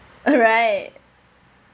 alright